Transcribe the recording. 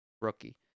rookie